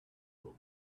will